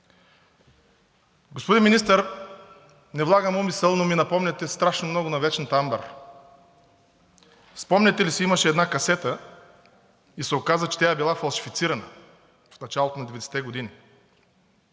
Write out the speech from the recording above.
Господин Министър, не влагам умисъл, но ми напомняте страшно много на „Вечната Амбър“. Спомняте ли си, имаше една касета и се оказа, че тя е била фалшифицирана в началото на 90-те години,